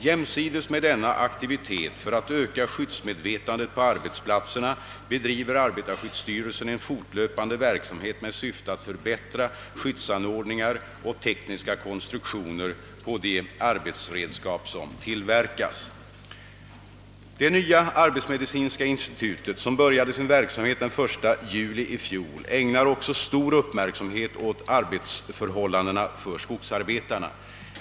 Jämsides med denna aktivitet för att öka skyddsmedvetandet på arbetsplatserna bedriver arbetarskyddsstyrelsen en fortlöpande verksamhet med syfte att förbättra skyddsanordningar och tekniska konstruktioner på de arbetsredskap som tillverkas. Det nya arbetsmedicinska institutet, som började sin verksamhet den 1 juli i fjol, ägnar också stor uppmärksamhet åt arbetsförhållandena för skogsarbetarna.